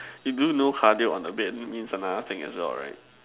you do know cardio on the bed means another thing as well right